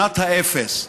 שנת האפס.